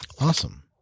Awesome